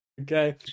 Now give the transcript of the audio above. okay